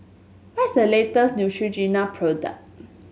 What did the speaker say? what is the latest Neutrogena product